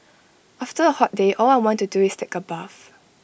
after A hot day all I want to do is take A bath